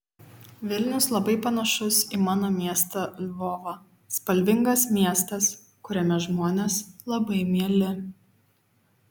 vilnius labai panašus į mano miestą lvovą spalvingas miestas kuriame žmonės labai mieli